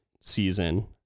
season